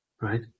right